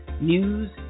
news